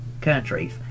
countries